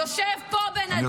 יושב פה בן אדם -- שהוא מה?